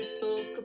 talk